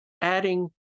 adding